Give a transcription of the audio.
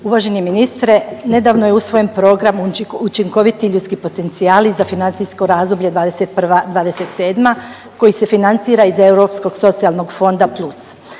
uvaženi ministre nedavno je usvojen program učinkoviti ljudski potencijali za financijsko razdoblje '21-'27. koji se financira iz Europskog socijalnog fonda plus,